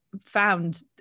found